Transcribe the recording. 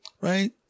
right